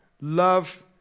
Love